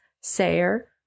Sayer